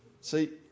See